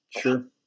Sure